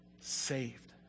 saved